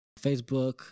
Facebook